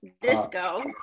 disco